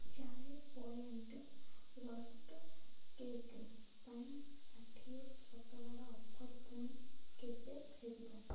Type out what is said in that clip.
Chai Point rusk cake ପାଇଁ ଷାଠିଏ ଶତକଡ଼ା ଅଫର୍ ପୁଣି କେବେ ଫେରିବ